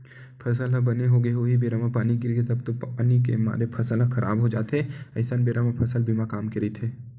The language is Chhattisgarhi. फसल ह बने होगे हे उहीं बेरा म पानी गिरगे तब तो पानी के मारे फसल ह खराब हो जाथे अइसन बेरा म फसल बीमा काम के रहिथे